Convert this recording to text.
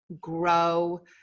grow